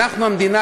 המדינה,